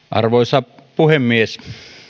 arvoisa puhemies